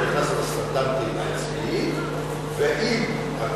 אתה נכנס עם הסטנדרטים הרצויים ומובטח